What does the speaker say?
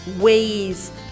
ways